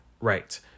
right